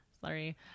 Sorry